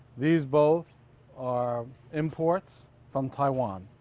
these both are imports from taiwan.